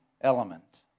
element